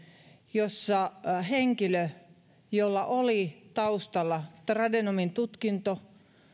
jossa henkilö jolla ol i taustalla trade nomin tutkinto